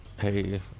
Hey